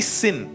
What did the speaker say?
sin